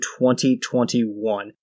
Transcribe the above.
2021